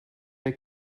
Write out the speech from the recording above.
der